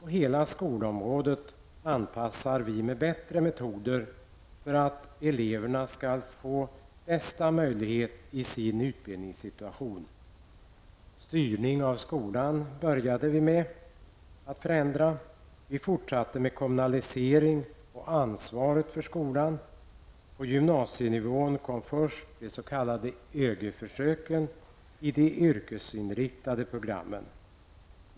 På hela skolområdet anpassar vi med bättre metoder för att eleverna skall få bästa möjlighet i sin utbildningssituation. Styrning av skolan började det med. Vi fortsatte med kommunalisering och ansvaret för skolan. På gymnasienivån kom först de s.k. ÖGY-försöken i de yrkesinriktade programmen.